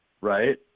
right